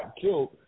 killed